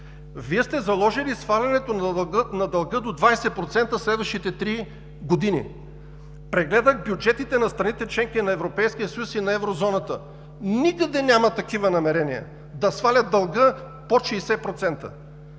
Вие сте заложили свалянето на дълга до 20% през следващите три години. Прегледах бюджетите на страните – членки на Европейския съюз и на евро зоната. Никъде нямат такива намерения – да свалят дълга под 60%!